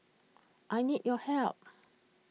I need your help